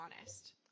honest